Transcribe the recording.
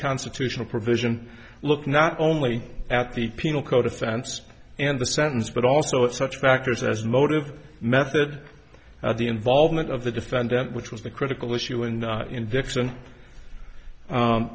constitutional provision look not only at the penal code offense and the sentence but also if such factors as motive method the involvement of the defendant which was the critical issue in in dickson